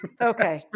Okay